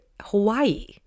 Hawaii